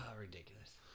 Ridiculous